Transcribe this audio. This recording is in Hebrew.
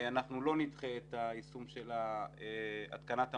אנחנו לא נדחה את היישום של התקנת המצלמות.